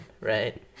right